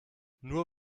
nur